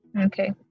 Okay